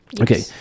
Okay